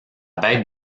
bête